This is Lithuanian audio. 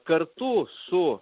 kartu su